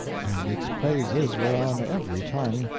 and its praises were on every tongue,